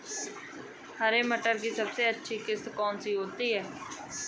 हरे मटर में सबसे अच्छी किश्त कौन सी होती है?